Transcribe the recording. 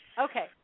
Okay